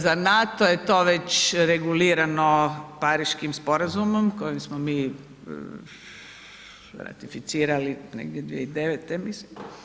Za NATO je to već regulirano Pariškim sporazumom koji smo ratificirali negdje 2009., mislim.